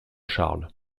charles